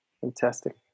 fantastic